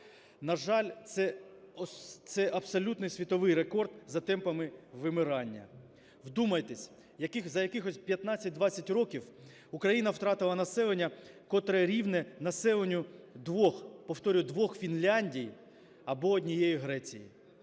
На жаль, це абсолютний світовий рекорд за темпами вимирання. Вдумайтесь, за якихось 15-20 років Україна втратила населення, котре рівне населенню двох, повторюю, двох Фінляндій або однієї Греції.